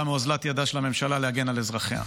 מאוזלת ידה של הממשלה להגן על אזרחיה.